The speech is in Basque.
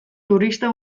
turista